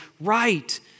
right